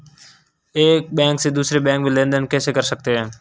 एक बैंक से दूसरे बैंक में लेनदेन कैसे कर सकते हैं?